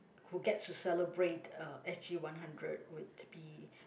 who get to celebrate uh s_g one hundred would be